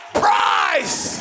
price